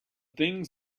things